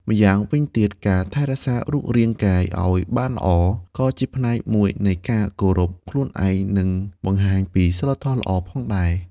ម្យ៉ាងវិញទៀត ការថែរក្សារូបរាងកាយឱ្យបានល្អ ក៏ជាផ្នែកមួយនៃការគោរពខ្លួនឯង និងបង្ហាញពី សីលធម៌ល្អ ផងដែរ។